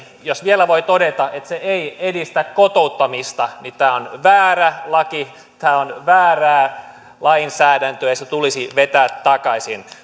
jos vielä voi todeta että se ei edistä kotouttamista silloin minun käsittääkseni tämä on väärä laki tämä on väärää lainsäädäntöä ja se tulisi vetää takaisin